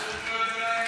אסור קריאות ביניים במליאה?